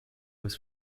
was